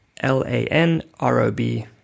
L-A-N-R-O-B